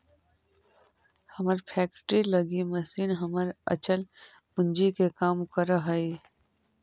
हमर फैक्ट्री लगी मशीन हमर अचल पूंजी के काम करऽ हइ